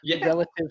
relative